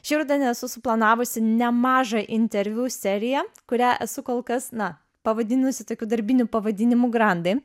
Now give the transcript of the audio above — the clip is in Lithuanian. šį rudenį esu suplanavusi nemažą interviu seriją kurią esu kolkas na pavadinusi tokiu darbiniu pavadinimu grandai